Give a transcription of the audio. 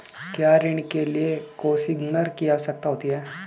क्या ऋण के लिए कोसिग्नर की आवश्यकता होती है?